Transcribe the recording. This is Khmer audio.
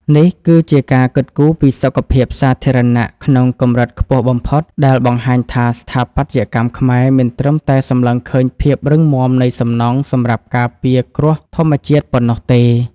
នេះគឺជាការគិតគូរពីសុខភាពសាធារណៈក្នុងកម្រិតខ្ពស់បំផុត ដែលបង្ហាញថាស្ថាបត្យកម្មខ្មែរមិនត្រឹមតែសម្លឹងឃើញភាពរឹងមាំនៃសំណង់សម្រាប់ការពារគ្រោះធម្មជាតិប៉ុណ្ណោះទេ។